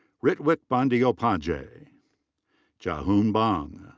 ritwik bandyyopadhyay. jaehoon bang.